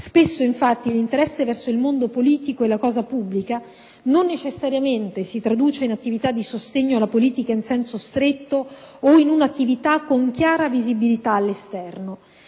Spesso, infatti, l'interesse verso il mondo politico e la cosa pubblica non necessariamente si traduce in attività di sostegno alla politica in senso stretto o in un'attività con chiara visibilità all'esterno.